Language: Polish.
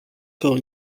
koło